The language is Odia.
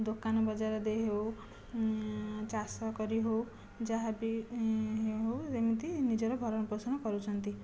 ଦୋକାନ ବଜାର ଦେଇ ହେଉ ଚାଷ କରି ହେଉ ଯାହା ବି ହେଉ ଏମିତି ନିଜର ଭରଣ ପୋଷଣ କରୁଛନ୍ତି